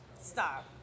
stop